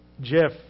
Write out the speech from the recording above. Jeff